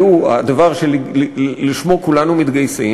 יהיו הדבר שלשמו כולנו מתגייסים,